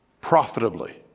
profitably